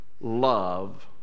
love